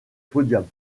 podiums